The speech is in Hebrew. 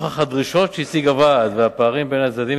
נוכח הדרישות שהציג הוועד והפערים בין הצדדים,